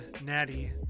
Natty